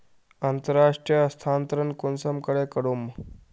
अंतर्राष्टीय स्थानंतरण कुंसम करे करूम?